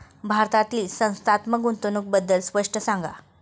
भारतातील संस्थात्मक गुंतवणूक बद्दल स्पष्ट सांगा